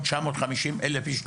1.950 מיליון אלף איש,